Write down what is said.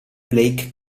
blake